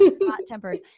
hot-tempered